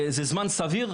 זה זמן סביר.